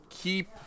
keep